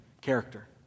character